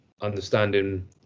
understanding